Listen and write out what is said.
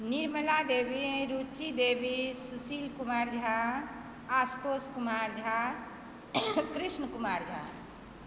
Nirmala Devi Ruchi Devi Sushil Kumar Jha Ashutosh Kumar Jha Krishna Kumar Jha